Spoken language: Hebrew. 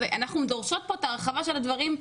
אנחנו דורשות פה את ההרחבה של הדברים.